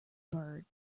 bird